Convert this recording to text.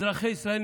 אזרחי ישראל,